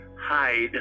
hide